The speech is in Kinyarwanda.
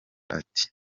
ati